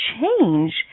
change